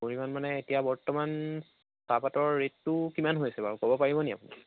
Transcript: পৰিমাণ মানে এতিয়া বৰ্তমান চাহপাতৰ ৰেটটো কিমান হৈ আছে বাৰু ক'ব পাৰিব নেকি আপুনি